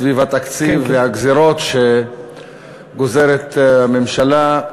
סביב התקציב והגזירות שגוזרת הממשלה,